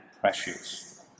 precious